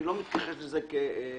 אני לא מתכחש לזה כצרכן,